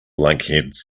lunkheads